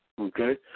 Okay